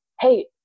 Hey